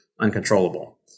uncontrollable